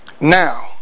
Now